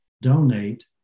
Donate